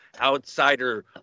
outsider